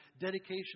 dedication